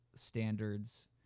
standards